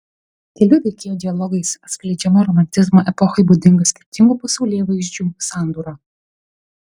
kelių veikėjų dialogais atskleidžiama romantizmo epochai būdinga skirtingų pasaulėvaizdžių sandūra